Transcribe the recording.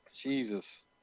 Jesus